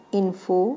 info